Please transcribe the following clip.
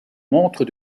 montre